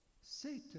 Satan